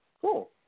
Cool